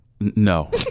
no